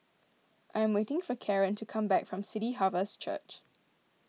I am waiting for Kaaren to come back from City Harvest Church